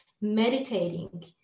meditating